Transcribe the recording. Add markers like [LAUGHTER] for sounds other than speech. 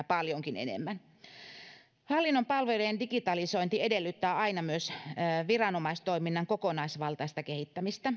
[UNINTELLIGIBLE] paljon enemmän hallinnon palveluiden digitalisointi edellyttää aina myös viranomaistoiminnan kokonaisvaltaista kehittämistä